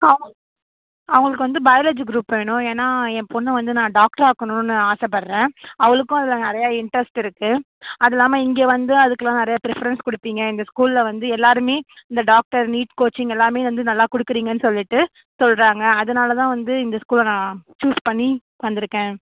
அவங்கள் அவங்களுக்கு வந்து பயாலஜி குரூப் வேணும் ஏன்னா ஏ பொண்ணை வந்து நான் டாக்டர் ஆக்கணுன்னு ஆசைப்பட்றேன் அவளுக்கும் அதில் நிறையா இன்ட்ரெஸ்ட் இருக்கு அது இல்லாமல் இங்கே வந்து அதுக்குலாம் நிறையா பிரிஃபரன்ஸ் கொடுப்பீங்க இந்த ஸ்கூலில் வந்து எல்லாருமே இந்த டாக்டர் நீட் கோச்சிங் எல்லாமே வந்து நல்லா கொடுக்குறீங்கன்னு சொல்லிவிட்டு சொல்கிறாங்க அதனால் தான் வந்து இந்த ஸ்கூலை நான் சூஸ் பண்ணி வந்துயிருக்கேன்